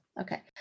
Okay